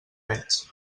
veig